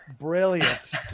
Brilliant